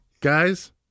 Guys